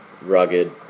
rugged